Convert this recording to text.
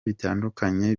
bitandukanye